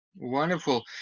wonderful